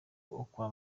ukura